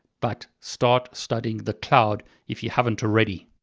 but start studying the cloud if you haven't already.